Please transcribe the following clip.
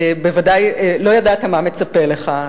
בוודאי לא ידעת מה מצפה לך,